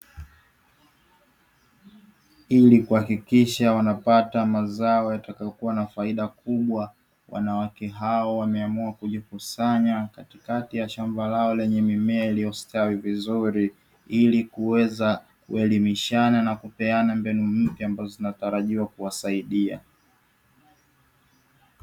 Ili kuhakikisha wanapata mazao yatakayokuwa na faida kubwa, wanawake hao wameamua kujikusanya katikati ya shamba lao lenye mimea iliyostawi vizuri, ili kuweza kuelimishana na kupeana mbinu mpya ambazo zinatarajiwa kuwasaidia.